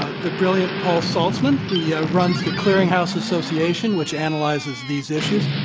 ah the brilliant paul saltzman. he ah runs the clearinghouse association, which analyzes these issues.